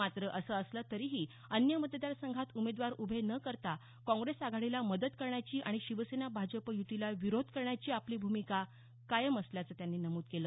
मात्र असं असलं तरीही अन्य मतदार संघात उमेदवार उभे न करता काँग्रेस आघाडीला मदत करण्याची आणि शिवसेना भाजप युतीला विरोध करण्याची आपली भूमिका कायम असल्याचं त्यांनी नमूद केलं